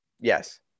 Yes